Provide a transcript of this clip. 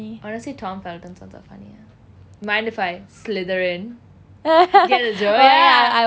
honestly tom felton's ones are funnier mind if I slither in get the joke ya